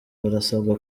barasabwa